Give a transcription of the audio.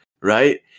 Right